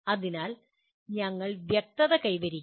അതിനാൽ നിങ്ങൾ വ്യക്തത കൈവരിക്കണം